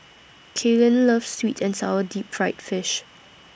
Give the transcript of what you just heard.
Kalyn loves Sweet and Sour Deep Fried Fish